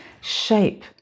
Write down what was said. shape